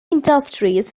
industries